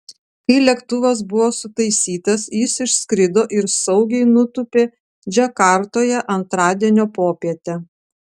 kai lėktuvas buvo sutaisytas jis išskrido ir saugiai nutūpė džakartoje antradienio popietę